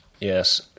Yes